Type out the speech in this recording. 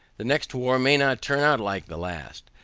the next war may not turn out like the last,